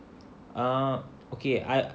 ah okay I